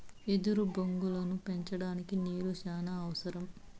ఎదురు బొంగులను పెంచడానికి నీరు చానా అవసరం